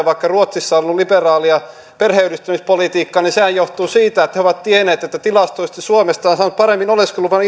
vaikka ruotsissa on ollut liberaalia perheenyhdistämispolitiikkaa sehän johtuu siitä että he ovat tienneet tilastoista että suomesta irakilaiset ovat saaneet paremmin oleskeluluvan